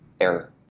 error